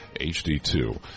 HD2